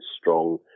strong